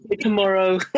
Tomorrow